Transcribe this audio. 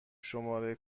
شماره